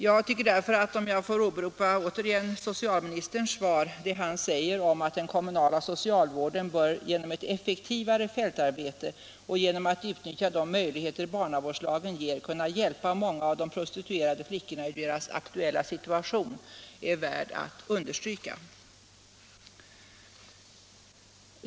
Jag tycker därför att — om jag återigen får åberopa det — vad socialministern säger i sitt svar om att den kommunala socialvården ”bör bl.a. genom ett effektivare fältarbete och genom att utnyttja de möj Nr 43 ligheter barnavårdslagen ger kunna hjälpa många av de prostituerade flickorna ur deras aktuella situation”, är värt att understryka.